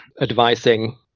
advising